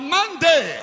Monday